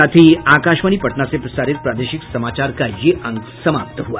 इसके साथ ही आकाशवाणी पटना से प्रसारित प्रादेशिक समाचार का ये अंक समाप्त हुआ